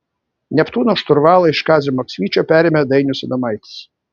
neptūno šturvalą iš kazio maksvyčio perėmė dainius adomaitis